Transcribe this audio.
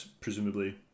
presumably